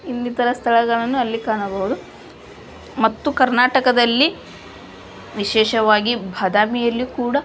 ಇನ್ನಿತರ ಸ್ಥಳಗಳನ್ನು ಅಲ್ಲಿ ಕಾಣಬಹುದು ಮತ್ತು ಕರ್ನಾಟಕದಲ್ಲಿ ವಿಶೇಷವಾಗಿ ಬಾದಾಮಿಯಲ್ಲೂ ಕೂಡ